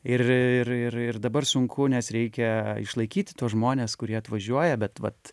ir ir ir ir dabar sunku nes reikia išlaikyti tuos žmones kurie atvažiuoja bet vat